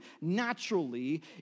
naturally